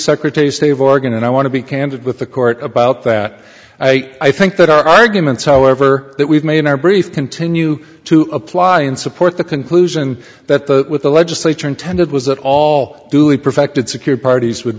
secretary of state of oregon and i want to be candid with the court about that i think that our arguments however that we've made in our brief continue to apply and support the conclusion that the with the legislature intended was that all duly perfected secured parties would